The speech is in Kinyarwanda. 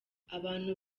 abantu